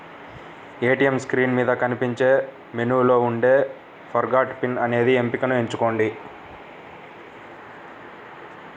ATM screen మీద కనిపించే మెనూలో ఉండే ఫర్గాట్ పిన్ అనే ఎంపికను ఎంచుకోండి